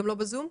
לא.